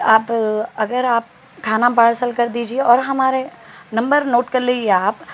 آپ اگر آپ کھانا پارسل کر دیجیے اور ہمارے نمبر نوٹ کر لیجیے آپ